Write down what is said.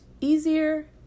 easier